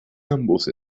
ambos